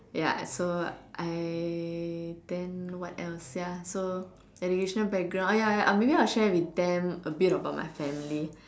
ya so I tend what else ya so educational background ah ya ya I maybe I'll share with them a bit on my family